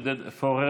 חבר הכנסת עודד פורר.